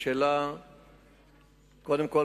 קודם כול,